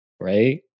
Right